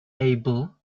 able